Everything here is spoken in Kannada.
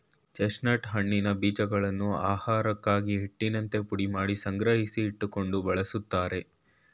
ಚೆಸ್ಟ್ನಟ್ ಹಣ್ಣಿನ ಬೀಜಗಳನ್ನು ಆಹಾರಕ್ಕಾಗಿ, ಹಿಟ್ಟಿನಂತೆ ಪುಡಿಮಾಡಿ ಸಂಗ್ರಹಿಸಿ ಇಟ್ಟುಕೊಂಡು ಬಳ್ಸತ್ತರೆ